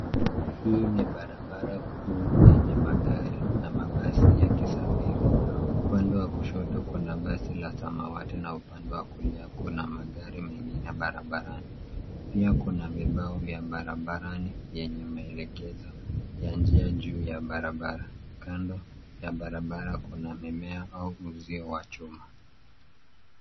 Hii ni barabara kuu yenye magari na mabasi yakisafiri. Upande wa kushoto kuna basi la samawati na upande wa kulia kuna magari mengine barabarani. Pia kuna vibao vya barabarani yenye maelekezo ya njia juu ya barabara. Kando ya barabara kuna mimea au uzio wa chuma